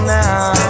now